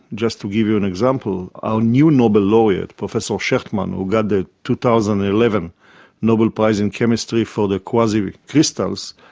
just to give you an example, our new nobel laureate, professor shechtman, he got the two thousand and eleven nobel prize in chemistry for the quasicrystals,